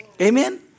Amen